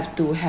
to have